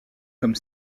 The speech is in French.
comme